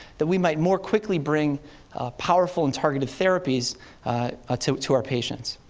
that we might more quickly bring powerful and targeted therapies ah to to our patients.